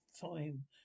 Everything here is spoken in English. time